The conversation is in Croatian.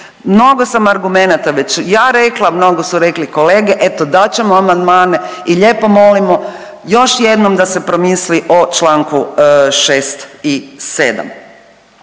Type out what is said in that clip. Mnogo sam argumenata već ja rekla, mnogo su rekli kolege, eto, dat ćemo amandmane i lijepo molimo, još jednom da se promisli o čl. 6 i 7.